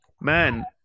man